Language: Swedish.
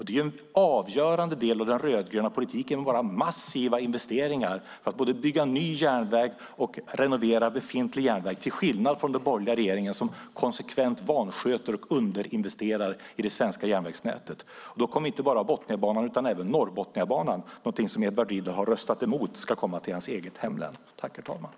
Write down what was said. En avgörande del av den rödgröna politiken är att göra massiva investeringar för att både bygga ny järnväg och renovera befintlig järnväg, till skillnad från den borgerliga regeringen som konsekvent vansköter och underinvesterar i det svenska järnvägsnätet. Där ingår inte bara Botniabanan utan även Norrbotniabanan, någonting som Edward Riedl har röstat emot ska komma till hans eget hemlän.